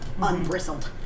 unbristled